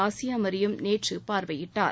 Asia Mariam நேற்று பார்வையிட்டார்